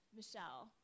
Michelle